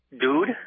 Dude